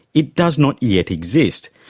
it does not yet exist.